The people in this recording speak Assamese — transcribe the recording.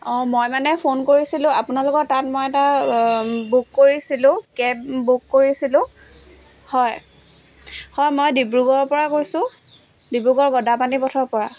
অ' মই মানে ফোন কৰিছিলোঁ আপোনালোকৰ তাত মই এটা বুক কৰিছিলোঁ কেব বুক কৰিছিলোঁ হয় হয় মই ডিব্ৰুগড়ৰ পৰা কৈছোঁ ডিব্ৰুগড় গদাপাণি পথৰ পৰা